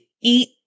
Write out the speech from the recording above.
eat